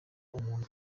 umuntu